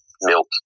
milk